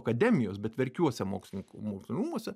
akademijos bet verkiuose mokslininkų rūmuose